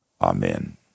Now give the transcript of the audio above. Amen